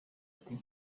ati